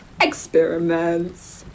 experiments